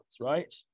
right